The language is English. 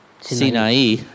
Sinai